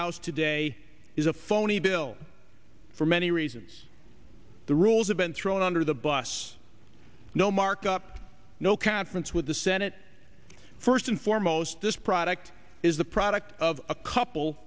house today is a phony bill for many reasons the rules have been thrown under the bus no markup no caps with the senate first and foremost this product is the product of a couple